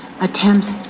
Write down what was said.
attempts